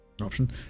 Option